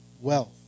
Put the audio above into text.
wealth